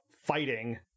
fighting